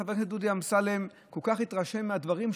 חבר הכנסת דודי אמסלם כל כך התרשם מהדברים,